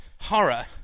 horror